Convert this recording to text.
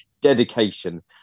dedication